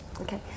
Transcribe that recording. Okay